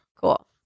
Cool